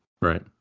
Right